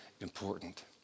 important